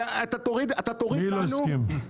מי לא הסכים?